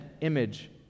image